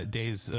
days